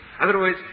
Otherwise